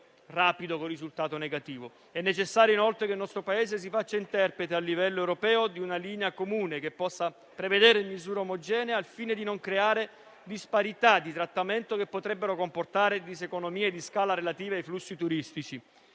rapido, con risultato negativo. È necessario inoltre che il nostro Paese si faccia interprete, a livello europeo, di una linea comune, che preveda misure omogenee, al fine di non creare disparità di trattamento, che potrebbero comportare diseconomie di scala relative ai flussi turistici.